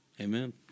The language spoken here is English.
Amen